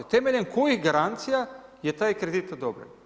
Temeljem kojih garancija je taj kredit odobren?